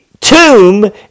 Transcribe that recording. tomb